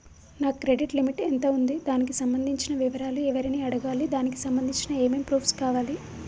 నా credit limit ఎంత ఉంది? దానికి సంబంధించిన వివరాలు ఎవరిని అడగాలి? దానికి సంబంధించిన ఏమేం ప్రూఫ్స్ కావాలి?